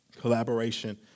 collaboration